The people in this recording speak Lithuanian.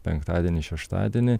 penktadienį šeštadienį